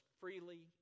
freely